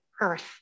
earth